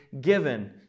given